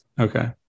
Okay